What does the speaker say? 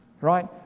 right